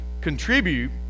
contribute